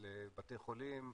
על בתי חולים,